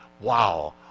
wow